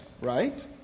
right